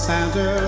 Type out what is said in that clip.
Santa